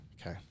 Okay